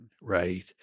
right